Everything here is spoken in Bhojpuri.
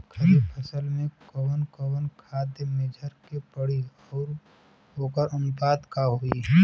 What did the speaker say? खरीफ फसल में कवन कवन खाद्य मेझर के पड़ी अउर वोकर अनुपात का होई?